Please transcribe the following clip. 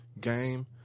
Game